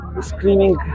screaming